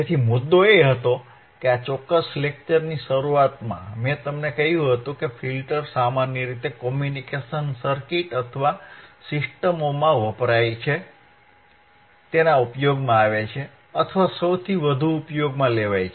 તેથી મુદ્દો એ હતો કે આ ચોક્કસ લેક્ચરની શરૂઆતમાં મેં તમને કહ્યું હતું કે ફિલ્ટર સામાન્ય રીતે કોમ્યુનીકેશન સર્કિટ અથવા સિસ્ટમોમાં ઉપયોગમાં લેવાય છે અથવા સૌથી વધુ ઉપયોગમાં લેવાય છે